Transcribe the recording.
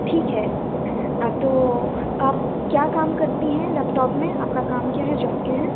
ठीक है तो आप क्या काम करती हैं लैपटॉप में आपका काम क्या है जॉब क्या है